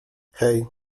hej